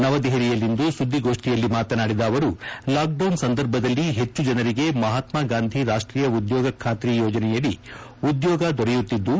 ನವದೆಹಲಿಯಲ್ಲಿಂದು ಸುದ್ದಿಗೋಷ್ಠಿಯಲ್ಲಿ ಮಾತನಾಡಿದ ಅವರು ಲಾಕ್ಡೌನ್ ಸಂದರ್ಭದಲ್ಲಿ ಹೆಚ್ಚು ಜನರಿಗೆ ಮಹತ್ಕಾಗಾಂಧಿ ರಾಷ್ಟೀಯ ಉದ್ಯೋಗ ಖಾತ್ರಿ ಯೋಜನೆಯಡಿ ಉದ್ಯೋಗ ದೊರೆಯುತ್ತಿದ್ದು